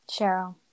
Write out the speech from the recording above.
Cheryl